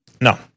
no